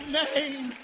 name